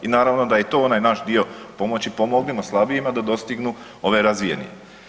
I naravno da je i to onaj naš dio pomoći, pomognimo slabijima da dostignu ove razvijenije.